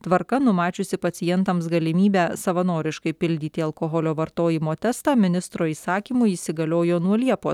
tvarka numačiusi pacientams galimybę savanoriškai pildyti alkoholio vartojimo testą ministro įsakymu įsigaliojo nuo liepos